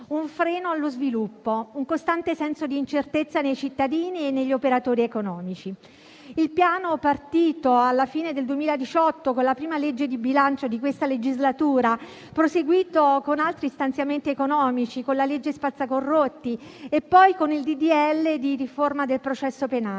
un freno allo sviluppo, un costante senso di incertezza nei cittadini e negli operatori economici. Il Piano, partito alla fine del 2018, con la prima legge di bilancio di questa legislatura, è poi proseguito con altri stanziamenti economici, con la cosiddetta legge spazzacorrotti e poi con il disegno di legge di riforma del processo penale.